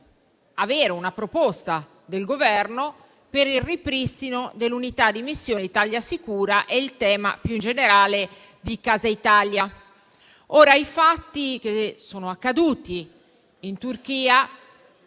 avere una proposta del Governo per il ripristino dell'unità di missione ItaliaSicura e, più generale, di Casa Italia. I fatti accaduti in Turchia